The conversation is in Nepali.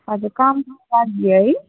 हजुर कामको लागि है